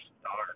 start